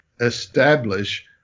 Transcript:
establish